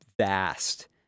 vast